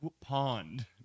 pond